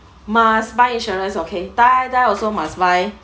must buy insurance okay die die also must buy